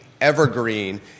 Evergreen